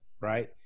Right